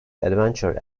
adventure